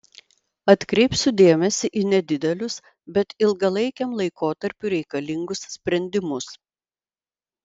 atkreipsiu dėmesį į nedidelius bet ilgalaikiam laikotarpiui reikalingus sprendimus